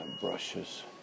brushes